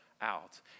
out